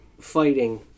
fighting